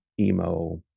emo